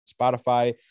Spotify